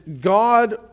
God